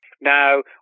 now